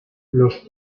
los